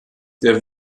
der